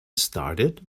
started